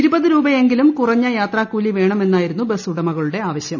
ഇരുപത് രൂപയെങ്കിലും കുറഞ്ഞ യാത്രാക്കൂലി വേണമെന്നായിരുന്നു ബസ്സുടമകളുടെ ആവശ്യം